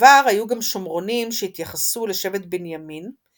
בעבר היו גם שומרונים שהתייחסו לשבט בנימין,